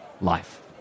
life